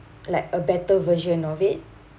like a better version of it